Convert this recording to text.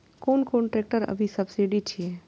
कोन कोन ट्रेक्टर अभी सब्सीडी छै?